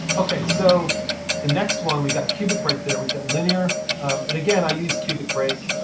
ok, so the next one, we've got cubic break there, we've got linear and again, i use cubic break,